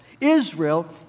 Israel